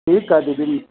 ठीकु आहे दीदी